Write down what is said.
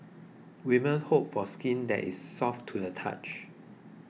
women hope for skin that is soft to the touch